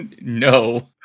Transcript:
no